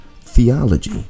theology